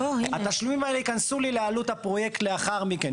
התשלומים האלה ייכנסו לעלות הפרויקט לאחר מכן.